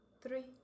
three